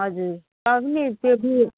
हजुर